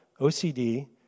OCD